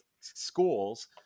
schools